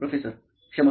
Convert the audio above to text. professor क्षमस्व